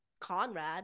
Conrad